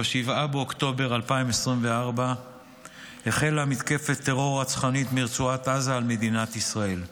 ב-7 באוקטובר 2024 החלה מתקפת טרור רצחנית מרצועת עזה על מדינת ישראל.